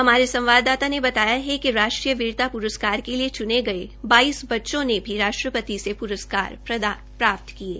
हमारे संवाददाता ने बताया कि राष्ट्रीय वीरता प्रस्कार के लिए च्ने गये बच्चों ने राष्ट्रपति से पुरस्कार प्रापत्त किये